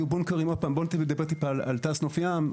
עוד פעם בוא נדבר טיפה על תעש נוף ים,